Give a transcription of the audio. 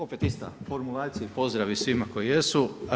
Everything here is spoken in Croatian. Opet ista formulacija i pozdravi svima koji jesu.